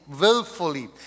willfully